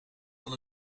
van